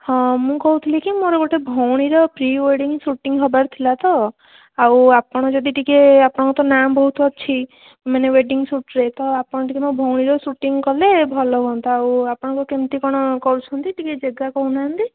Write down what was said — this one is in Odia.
ହଁ ମୁଁ କହୁଥିଲି କି ମୋର ଗୋଟେ ଭଉଣୀର ପ୍ରି୍ ୱେଡ଼ିଙ୍ଗ ଶୁଟିଙ୍ଗ ହେବାର ଥିଲା ତ ଆଉ ଆପଣ ଯଦି ଟିକେ ଆପଣ ତ ନାଁ ବହୁତ ଅଛି ମାନେ ୱେଡ଼ିଙ୍ଗ ଶୁଟ୍ରେ ତ ଆପଣ ଟିକେ ମୋ ଭଉଣୀର ଶୁଟିଙ୍ଗ କଲେ ଭଲ ହୁଅନ୍ତା ଆଉ ଆପଣଙ୍କୁ କେମିତି କ'ଣ କରୁଛନ୍ତି ଟିକେ ଜାଗା କହୁନାହାଁନ୍ତି